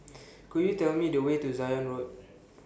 Could YOU Tell Me The Way to Zion Road